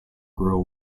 grow